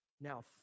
Now